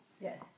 Yes